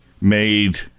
made